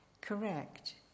Correct